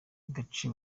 gace